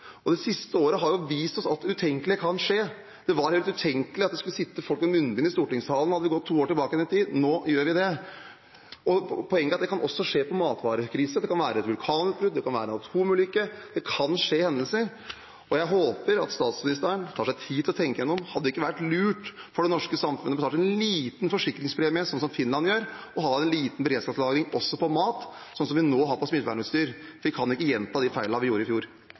og det siste året har jo vist oss at det utenkelige kan skje. Det var helt utenkelig at det skulle sitte folk med munnbind i stortingssalen hadde vi gått to år tilbake i tid. Nå gjør vi det. Poenget er at det også kan skje en matvarekrise. Det kan være et vulkanutbrudd, det kan være atomulykke, det kan skje hendelser. Jeg håper statsministeren tar seg tid til å tenke igjennom: Hadde det ikke vært lurt for det norske samfunnet å betale en liten forsikringspremie, slik som Finland gjør, og ha en liten beredskapslagring også av mat, slik vi nå har på smittevernutstyr? Vi kan ikke gjenta de feilene vi gjorde i fjor.